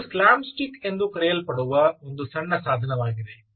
ಇದು slam stick ಎಂದು ಕರೆಯಲ್ಪಡುವ ಒಂದು ಸಣ್ಣ ಸಾಧನವಾಗಿದೆ